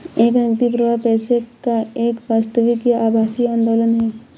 एक नकदी प्रवाह पैसे का एक वास्तविक या आभासी आंदोलन है